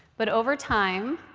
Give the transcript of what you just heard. but over time,